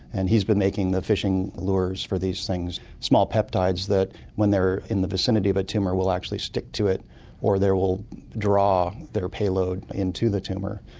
and he's been making the fishing lures for these things, small peptides that when they're in the vicinity of a tumour will actually stick to it or they will draw their payload into the tumour.